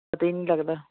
ਪਤਾ ਹੀ ਨਹੀਂ ਲੱਗਦਾ